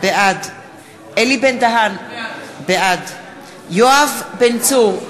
בעד אלי בן-דהן, בעד יואב בן צור,